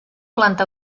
planta